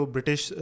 British